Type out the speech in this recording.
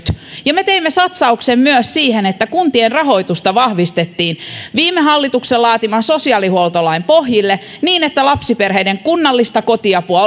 ja me teimme satsauksen myös siihen että kuntien rahoitusta vahvistettiin viime hallituksen laatiman sosiaalihuoltolain pohjille niin että lapsiperheiden kunnallista kotiapua